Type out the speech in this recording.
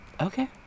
Okay